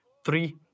Three